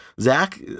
zach